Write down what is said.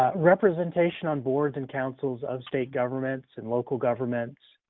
ah representation on boards and councils of state governments, and local governments.